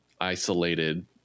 isolated